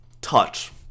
touch